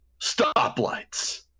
stoplights